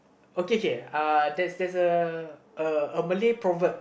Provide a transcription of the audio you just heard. okay K K uh there's there's a uh a Malay proverb